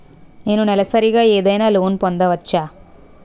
నేను నెలసరిగా ఏదైనా లోన్ పొందవచ్చా?